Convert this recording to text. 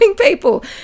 people